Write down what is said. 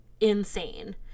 insane